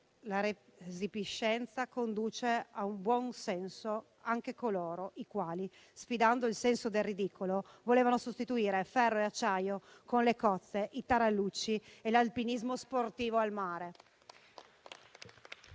la resipiscenza conduce a buon senso anche coloro i quali, sfidando il senso del ridicolo, volevano sostituire ferro e acciaio con le cozze, i tarallucci e l'alpinismo sportivo al mare.